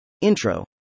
Intro